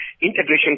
Integration